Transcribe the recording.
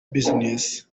business